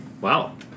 Wow